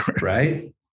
Right